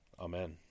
Amen